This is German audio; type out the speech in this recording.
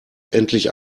endlich